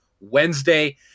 Wednesday